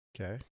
Okay